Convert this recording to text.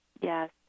Yes